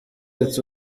gates